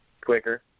quicker